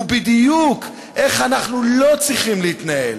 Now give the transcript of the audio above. הוא בדיוק איך אנחנו לא צריכים להתנהל.